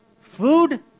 food